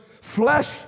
flesh